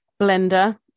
blender